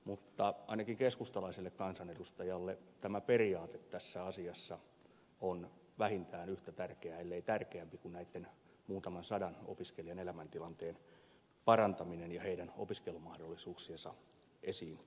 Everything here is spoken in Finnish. mutta ainakin keskustalaiselle kansanedustajalle tämä periaate tässä asiassa on vähintään yhtä tärkeä ellei tärkeämpi kuin näitten muutaman sadan opiskelijan elämäntilanteen parantaminen ja heidän opiskelumahdollisuuksiensa esiin tuominen